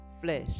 flesh